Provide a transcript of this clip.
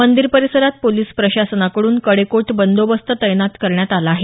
मंदीर परिसरात पोलीस प्रशासनाकडून कडेकोट बंदोबस्त तैनात करण्यात आला आहे